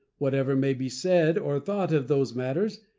whatever may be said or thought of those matters,